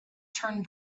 turn